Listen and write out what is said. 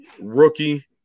rookie